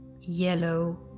yellow